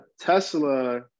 Tesla